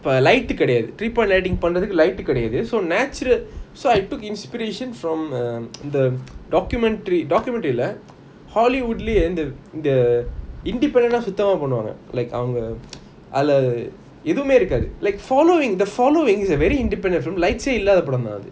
light கிடையாது:kedaiyathu three point lighting பண்றதுக்கு:panrathuku light கிடையாது:kedaiyathu so natural so I took inspiration from um the documentary documentary இல்ல:illa hollywood லேயே இந்த இந்த:layae intha intha the the independent சுத்தமா பண்ணுவாங்க:suthama panuvanga like அவங்க அதுல எதுமே இருக்காது:avanga athula yeathumey irukaathu like following the following is a very independent film~ lights say இல்லாத படம் தான் அது:illatha padam thaan athu